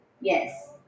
Yes